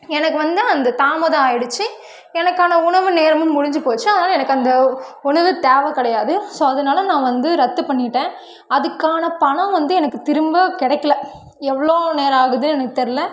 எனக்கு வந்து அந்த தாமதம் ஆகிடிச்சி எனக்கான உணவு நேரமும் முடிஞ்சு போச்சு அதனால எனக்கு அந்த உணவு தேவை கிடையாது ஸோ அதனால நான் வந்து ரத்து பண்ணிவிட்டேன் அதுக்கான பணம் வந்து எனக்கு திரும்ப கிடைக்கல எவ்வளோ நேரம் ஆகுது எனக்கு தெரில